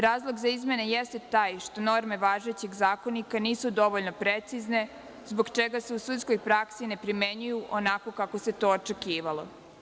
Razlog za izmene jeste taj što norme važećeg Zakonika nisu dovoljno precizne zbog čega se u sudskoj praksi ne primenjuju onako kako se to očekivalo.